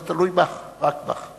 זה תלוי בך ורק בך,